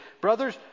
Brothers